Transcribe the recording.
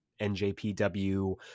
NJPW